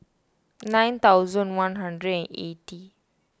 nine thousand one hundred eighty